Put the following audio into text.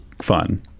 fun